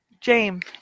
James